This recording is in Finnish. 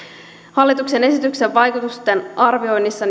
hallituksen esityksen vaikutusten arviointi